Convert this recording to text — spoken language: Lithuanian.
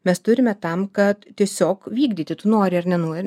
mes turime tam kad tiesiog vykdyti tu nori ar nenuor